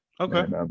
Okay